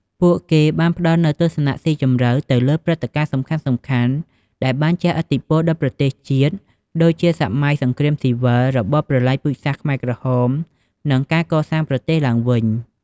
ពួកគេបានផ្តល់នូវ ទស្សនៈស៊ីជម្រៅ ទៅលើព្រឹត្តិការណ៍សំខាន់ៗដែលបានជះឥទ្ធិពលដល់ប្រទេសជាតិ ដូចជាសម័យសង្គ្រាមស៊ីវិល របបប្រល័យពូជសាសន៍ខ្មែរក្រហម និងការកសាងប្រទេសឡើងវិញ។